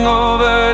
over